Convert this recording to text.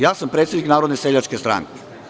Ja sam predsednik Narodne seljačke stranke.